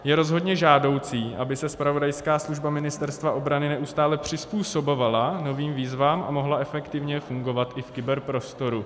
Je rozhodně žádoucí, aby se zpravodajská služba Ministerstva obrany neustále přizpůsobovala novým výzvám a mohla efektivně fungovat i v kyberprostoru.